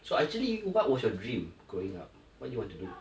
so actually what was your dream growing up what you want to do